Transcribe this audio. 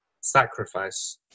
sacrifice